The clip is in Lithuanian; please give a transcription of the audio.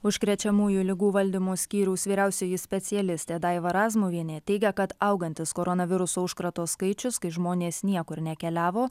užkrečiamųjų ligų valdymo skyriaus vyriausioji specialistė daiva razmuvienė teigia kad augantis koronaviruso užkrato skaičius kai žmonės niekur nekeliavo